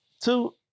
two